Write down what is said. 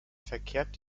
verkehrt